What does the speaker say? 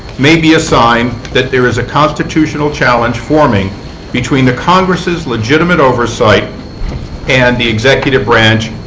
may be a sign that there is a constitutional challenge forming between the congress's legitimate oversight and the executive branch,